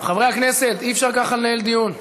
חברי הכנסת, אי-אפשר ככה לנהל דיון.